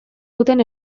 duten